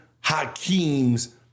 Hakeem's